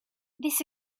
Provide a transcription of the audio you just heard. this